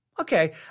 okay